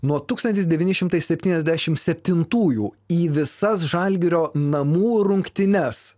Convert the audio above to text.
nuo tūkstantis devyni šimtai septyniasdešimt septintųjų į visas žalgirio namų rungtynes